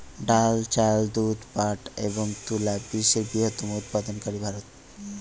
ডাল, চাল, দুধ, পাট এবং তুলা বিশ্বের বৃহত্তম উৎপাদনকারী ভারত